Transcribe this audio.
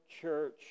church